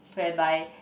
whereby